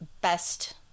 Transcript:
best